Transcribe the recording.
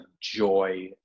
joy